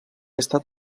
estat